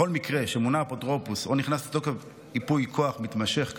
בכל מקרה שמונה אפוטרופוס או נכנס לתוקף ייפוי כוח מתמשך כאמור,